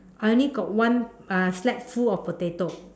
I only got one uh sack full of potato